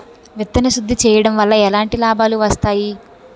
విత్తన శుద్ధి చేయడం వల్ల ఎలాంటి లాభాలు వస్తాయి?